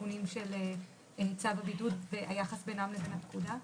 התיקונים של צו הבידוד והיחס ביניהם לבין הפקודה.